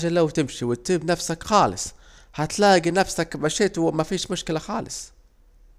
امشي وسيب نفسك خالص، هتلاجي نفسك مشيت ومفيش مشكلة خالص